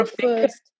first